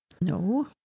No